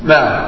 Now